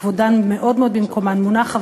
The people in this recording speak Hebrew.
כבודן מאוד מאוד במקומן מונח.